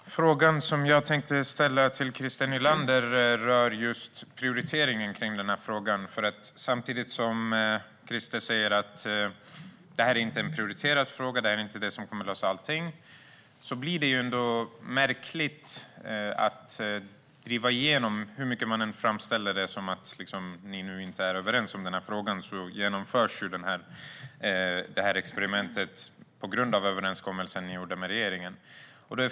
Herr talman! Frågan som jag tänker ställa till Christer Nylander rör prioriteringen av den här frågan. Christer säger att det här inte är en prioriterad fråga, att det inte är det som kommer att lösa allting. Då är det märkligt att ni driver igenom den. Hur mycket ni än framställer det som att ni inte är överens i den här frågan genomförs ju det här experimentet på grund av överenskommelsen ni gjorde med regeringen.